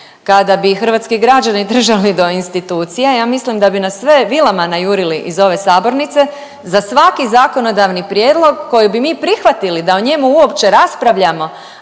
kada bi hrvatski građani držali do institucija, ja mislim da bi nas sve vilama najurili iz ove sabornice za svaki zakonodavni prijedlog koji bi mi prihvatili da o njemu uopće raspravljamo,